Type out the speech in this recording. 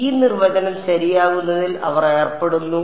അതിനാൽ ഈ നിർവചനം ശരിയാക്കുന്നതിൽ അവർ ഏർപ്പെടുന്നു